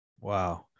Wow